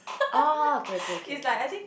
oh okay okay okay okay